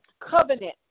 covenant